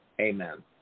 Amen